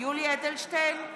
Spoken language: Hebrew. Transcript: יולי יואל אדלשטיין,